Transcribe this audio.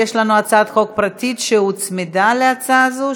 התשע"ז 2017,